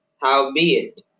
Howbeit